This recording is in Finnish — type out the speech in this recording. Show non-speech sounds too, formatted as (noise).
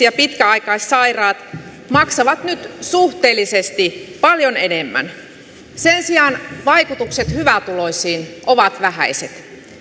(unintelligible) ja pitkäaikaissairaat maksavat nyt suhteellisesti paljon enemmän sen sijaan vaikutukset hyvätuloisiin ovat vähäiset